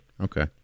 Okay